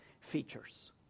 features